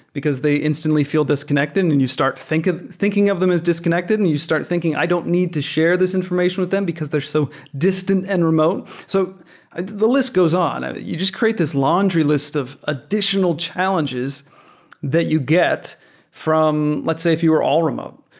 because they instantly feel disconnected and you start thinking thinking of them is disconnected and you start thinking, i don't need to share this information with them, because they're so distant and remote. so ah the list goes on. and you just create this laundry list of additional challenges that you get from, let's say, if you were all remote.